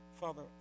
Father